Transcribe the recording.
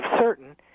certain